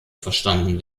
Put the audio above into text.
verstanden